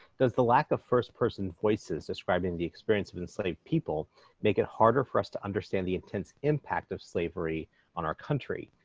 does the lack of first person voices describing the experience of enslaved people make it harder for us to understand the intense impact of slavery on our country?